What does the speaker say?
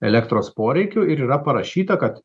elektros poreikių ir yra parašyta kad